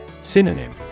Synonym